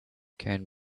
can